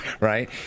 right